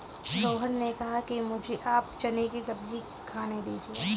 रोहन ने कहा कि मुझें आप चने की सब्जी खाने दीजिए